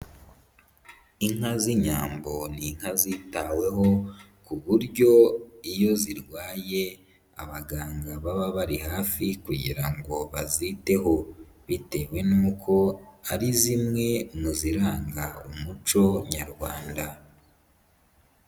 Inka z'inyambo ni inka zitaweho ku buryo iyo zirwaye abaganga baba bari hafi kugira ngo baziteho bitewe n'uko ari zimwe mu ziranga umuco Nyarwanda.